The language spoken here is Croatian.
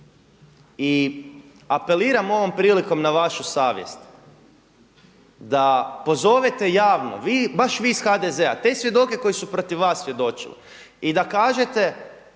I apeliram ovom prilikom na vašu savjest da pozovete javno, baš vi iz HDZ-a te svjedoke koji su protiv vas svjedočili i da kažete